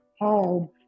home